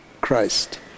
christ